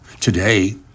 Today